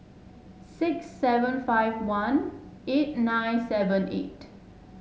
six seven five one eight nine seven eight